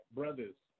brothers